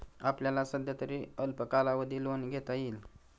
आपल्याला सध्यातरी अल्प कालावधी लोन घेता येईल